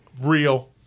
Real